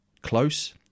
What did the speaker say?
close